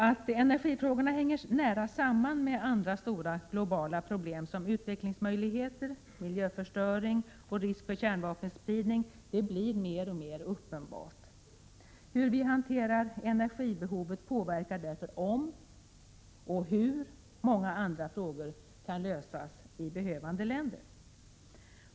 Att energifrågorna hänger nära samman med andra stora globala problem, såsom utvecklingsmöjligheter, miljöförstöring och risk för kärnvapenspridning, blir mer och mer uppenbart. Hur vi hanterar energibehovet påverkar därför lösningen av många andra frågor i behövande länder.